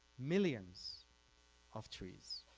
millions of trees